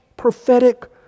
Prophetic